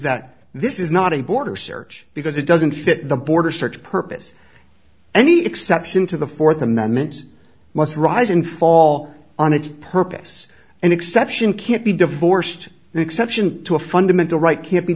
that this is not a border search because it doesn't fit the border search purpose any exception to the fourth amendment must rise and fall on its purpose an exception can't be divorced an exception to a fundamental right ca